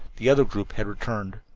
the other group had returned.